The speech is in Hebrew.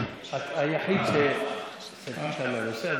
היחיד שסטה מהנושא.